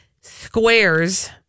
squares